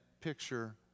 picture